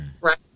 right